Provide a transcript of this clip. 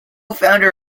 founder